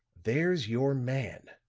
there's your man.